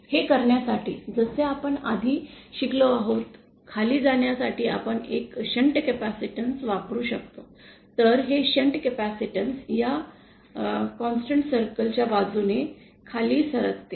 हे करण्यासाठी जसे आपण आधी शिकलो आहोत खाली जाण्यासाठी आपण एक शंट कॅपेसिटन्स वापरू शकतो तर हे शंट कॅपेसिटन्स या सतत वर्तुळाच्या बाजूने खाली सरकते